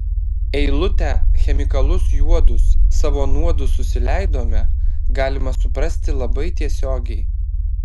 eilutę chemikalus juodus savo nuodus susileidome galima suprasti labai tiesiogiai